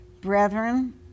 Brethren